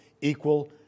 equal